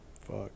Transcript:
fuck